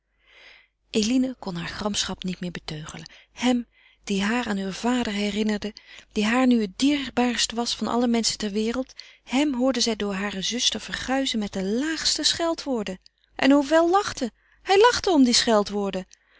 eline kon haar gramschap niet meer beteugelen hem die haar aan heur vader herinnerde die haar nu het dierbaarst was van alle menschen ter wereld hem hoorde zij door hare zuster verguizen met de laagste scheldwoorden en hovel lachte hij lachte om die